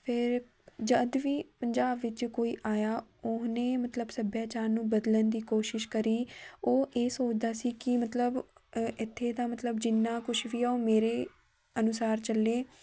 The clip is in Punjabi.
ਫਿਰ ਜਦ ਵੀ ਪੰਜਾਬ ਵਿੱਚ ਕੋਈ ਆਇਆ ਉਹਨੇ ਮਤਲਬ ਸੱਭਿਆਚਾਰ ਨੂੰ ਬਦਲਣ ਦੀ ਕੋਸ਼ਿਸ਼ ਕਰੀ ਉਹ ਇਹ ਸੋਚਦਾ ਸੀ ਕਿ ਮਤਲਬ ਇੱਥੇ ਦਾ ਮਤਲਬ ਜਿੰਨਾਂ ਕੁਛ ਵੀ ਆ ਉਹ ਮੇਰੇ ਅਨੁਸਾਰ ਚੱਲੇ